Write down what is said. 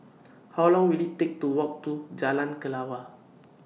How Long Will IT Take to Walk to Jalan Kelawar